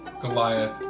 Goliath